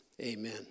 Amen